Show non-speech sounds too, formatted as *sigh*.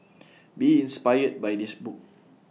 *noise* be inspired by this book